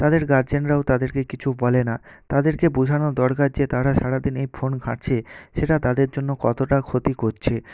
তাদের গার্জেনরাও তাদেরকে কিছু বলে না তাদেরকে বোঝানোর দরকার যে তারা সারাদিন এই ফোন ঘাঁটছে সেটা তাদের জন্য কতটা ক্ষতি করছে